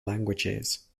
languages